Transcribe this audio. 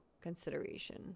consideration